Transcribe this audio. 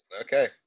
Okay